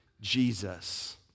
Jesus